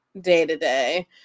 day-to-day